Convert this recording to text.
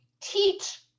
teach